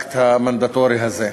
מהאקט המנדטורי הזה.